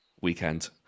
weekend